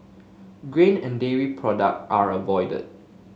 grain and dairy product are avoided